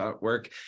work